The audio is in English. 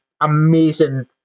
Amazing